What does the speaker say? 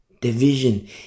division